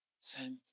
sent